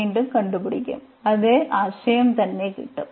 വീണ്ടും കണ്ടുപിടിക്കും അതേ ആശയം തന്നെ കിട്ടും